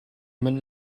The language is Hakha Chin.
manh